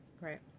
Right